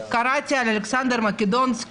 קראתי על אלכסנדר מוקדון,